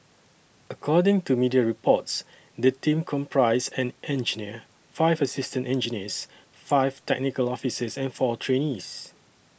according to media reports the team comprised an engineer five assistant engineers five technical officers and four trainees